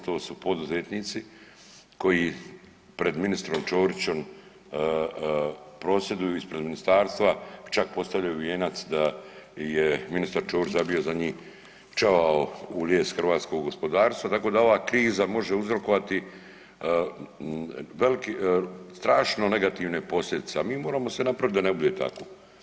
To su poduzetnici koji pred ministrom Čorićem prosvjeduju ispred ministarstva čak postavljaju vijenac da je ministar Čorić zabio zadnji čavao u lijes hrvatskog gospodarstva tako da ova kriza može uzrokovati veliki, strašno negativne posljedice, a mi moramo sve napravit da ne bude tako.